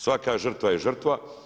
Svaka žrtva je žrtva.